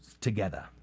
together